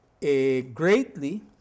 greatly